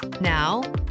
Now